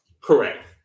Correct